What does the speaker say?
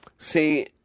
See